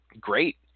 great